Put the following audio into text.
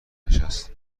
نشست